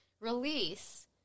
release